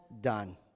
done